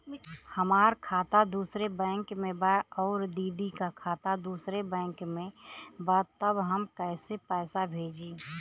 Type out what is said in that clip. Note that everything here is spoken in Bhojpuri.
हमार खाता दूसरे बैंक में बा अउर दीदी का खाता दूसरे बैंक में बा तब हम कैसे पैसा भेजी?